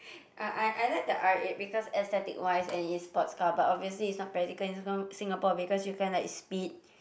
I I I like the R eight because aesthetic wise and it's sports car but obviously it's not practical in Singa~ Singapore because you can't like speed